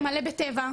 מלא בטבע,